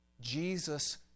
Jesus